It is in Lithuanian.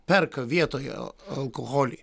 perka vietoje alkoholį